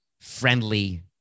friendly